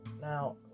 Now